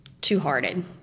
two-hearted